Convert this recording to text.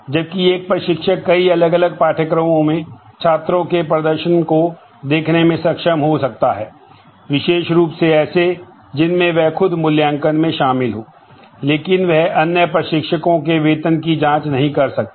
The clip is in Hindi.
जबकि एक प्रशिक्षक कई अलग अलग पाठ्यक्रमों में छात्रों के प्रदर्शन को देखने में सक्षम हो सकता है विशेष रूप से ऐसे जिनमें वह खुद मूल्यांकन में शामिल है लेकिन वह अन्य प्रशिक्षकों के वेतन की जांच नहीं कर सकता है